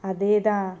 அதேதா:athetha